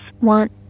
Want